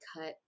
cut